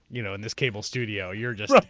you know in this cable studio, you're just-jon